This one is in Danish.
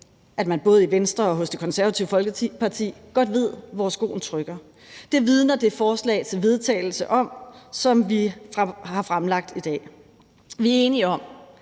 at man både i Venstre og hos Det Konservative Folkeparti godt ved, hvor skoen trykker. Det vidner det forslag til vedtagelse om, som vi har fremlagt i dag. Vi er enige om,